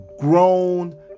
grown